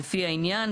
לפי העניין,